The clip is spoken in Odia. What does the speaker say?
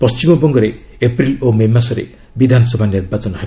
ପଶ୍ଚିମବଙ୍ଗରେ ଏପ୍ରିଲ୍ ଓ ମେ ମାସରେ ବିଧାନସଭା ନିର୍ବାଚନ ହେବ